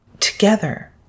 together